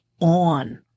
on